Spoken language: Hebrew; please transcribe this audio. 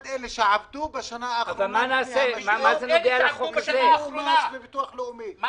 אלו שעבדו בשנה האחרונה לפני המשבר ושילמו מס לביטוח הלאומי וזכאים.